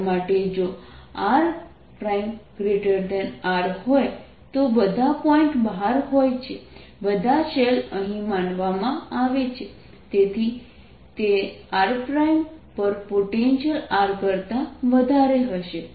બહાર માટે જો rR હોય તો બધા પોઇન્ટ બહાર હોય છે બધા શેલ અહીં માનવામાં આવે છે અને તેથી r પર પોટેન્શિયલ R કરતા વધારે હશે